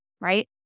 right